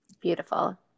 Beautiful